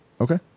Okay